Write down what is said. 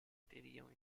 teriam